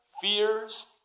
fears